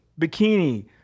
bikini